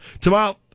Tomorrow